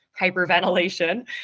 hyperventilation